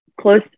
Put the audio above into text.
close